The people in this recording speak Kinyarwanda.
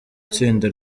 itsinda